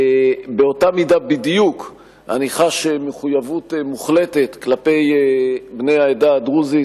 באותה מידה בדיוק אני חש מחויבות מוחלטת כלפי בני העדה הדרוזית,